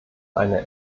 eine